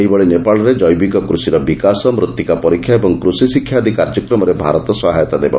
ସେହିଭଳି ନେପାଳରେ ଜେବିକ କୃଷିର ବିକାଶ ମୃତ୍ତିକା ପରୀକ୍ଷା ଏବଂ କୃଷି ଶିକ୍ଷା ଆଦି କାର୍ଯ୍ୟକ୍ରମରେ ଭାରତ ସହାୟତା ଦେବ